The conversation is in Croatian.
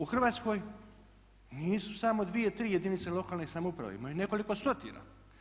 U Hrvatskoj nisu samo dvije, tri jedinice lokalne samouprave, ima ih nekoliko stotina.